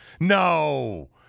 No